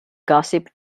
gossip